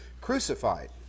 crucified